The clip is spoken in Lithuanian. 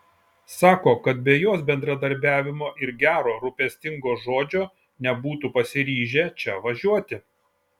sako kad be jos bendradarbiavimo ir gero rūpestingo žodžio nebūtų pasiryžę čia važiuoti